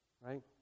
Right